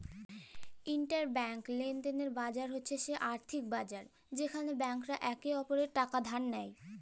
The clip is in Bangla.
ইলটারব্যাংক লেলদেলের বাজার হছে সে আথ্থিক বাজার যেখালে ব্যাংকরা একে অপরেল্লে টাকা ধার লেয়